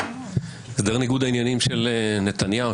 הסדר ניגוד העניינים של נתניהו,